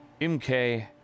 MK